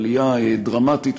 עלייה דרמטית,